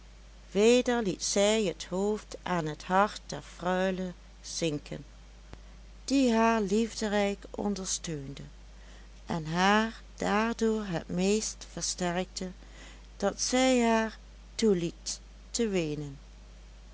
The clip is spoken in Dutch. weder liet zij het hoofd aan het hart der freule zinken die haar liefderijk ondersteunde en haar daardoor het meest versterkte dat zij haar toeliet te weenen